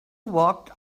walked